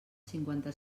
cinquanta